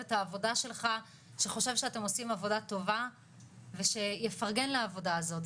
את העבודה שלך שחושב שאתם עושים עבודה טובה שיפרגן לעבודה הזאת,